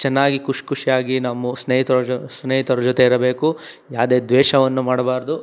ಚೆನ್ನಾಗಿ ಖುಷಿ ಖುಷಿಯಾಗಿ ನಮ್ಮ ಸ್ನೇಹಿತರ ಜೊ ಸ್ನೇಹಿತರ ಜೊತೆ ಇರಬೇಕು ಯಾವ್ದೇ ದ್ವೇಷವನ್ನು ಮಾಡಬಾರದು